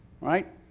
right